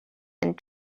and